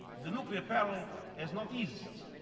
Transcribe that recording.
the nuclear peril has not eased,